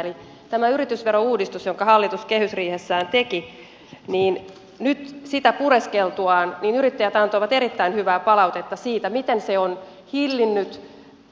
eli tätä yritysverouudistusta jonka hallitus kehysriihessään teki nyt pureskeltuaan yrittäjät antoivat erittäin hyvää palautetta siitä miten se on hillinnyt